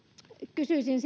kysyisin